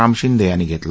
राम शिंदे यांनी घेतला